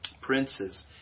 Princes